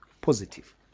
positive